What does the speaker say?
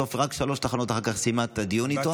בסוף רק אחרי שלוש תחנות היא סיימה את הדיון איתו,